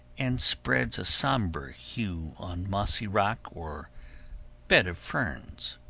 and spreads a somber hue on mossy rock or bed of ferns.